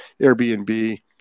Airbnb